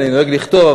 אני דואג לכתוב,